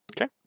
okay